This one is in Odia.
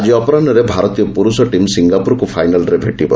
ଆଜି ଅପରାହୁରେ ଭାରତୀୟ ପୁରୁଷ ଟିମ୍ ସିଙ୍ଗାପୁରକୁ ଫାଇନାଲ୍ରେ ଭେଟିବ